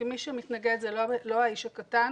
כי מי שמתנגד זה לא האיש הקטן,